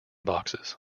boxes